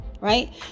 right